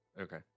okay